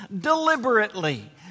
deliberately